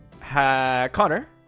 Connor